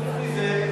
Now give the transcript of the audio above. חוץ מזה,